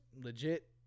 legit